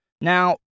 Now